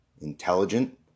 intelligent